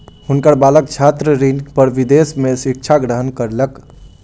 हुनकर बालक छात्र ऋण पर विदेश में शिक्षा ग्रहण कयलैन